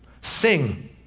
Sing